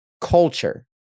culture